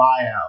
buyout